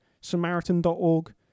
Samaritan.org